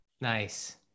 Nice